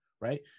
right